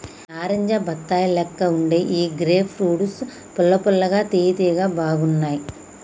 నారింజ బత్తాయి లెక్క వుండే ఈ గ్రేప్ ఫ్రూట్స్ పుల్ల పుల్లగా తియ్య తియ్యగా బాగున్నాయ్